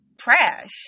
trash